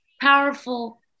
powerful